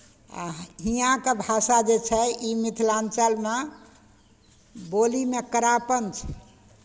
आ हियाँके भाषा जे छै ई मिथिलाञ्चलमे बोलीमे कड़ापन छै